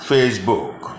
Facebook